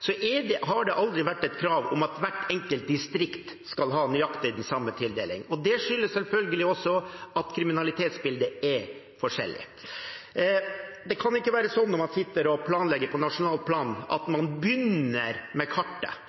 Det har aldri vært et krav om at hvert enkelt distrikt skal ha nøyaktig samme tildeling, og det skyldes selvfølgelig også at kriminalitetsbildet er forskjellig. Det kan ikke være slik når man sitter og planlegger på nasjonalt plan, at man begynner med kartet